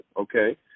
okay